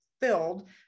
filled